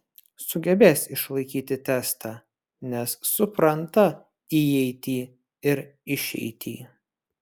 sugebės išlaikyti testą nes supranta įeitį ir išeitį